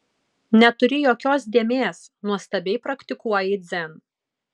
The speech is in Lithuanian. neturi jokios dėmės nuostabiai praktikuoji dzen